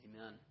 Amen